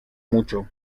mucho